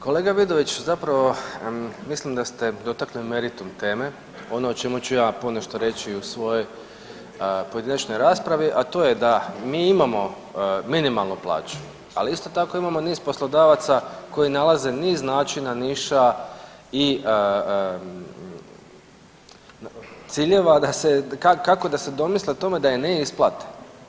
Kolega Vidović zapravo mislim da ste dotakli meritum teme, ono o čemu ću ja ponešto reći i u svojoj pojedinačnoj raspravi, a to je da mi imamo minimalnu plaću, ali isto tako imamo niz poslodavaca koji nalaze niz načina, niša i ciljeva da se, kako da se domisle tome da je ne isplate.